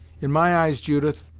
in my eyes, judith,